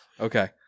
Okay